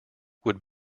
would